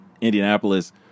Indianapolis